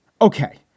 Okay